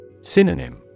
Synonym